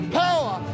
power